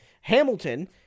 hamilton